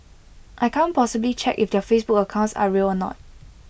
I can't possibly check if their Facebook accounts are real or not